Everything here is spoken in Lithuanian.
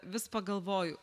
vis pagalvoju